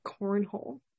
cornhole